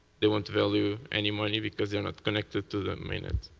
they won't value any money because they aren't connected to the main net.